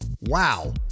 Wow